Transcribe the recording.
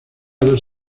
dos